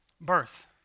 birth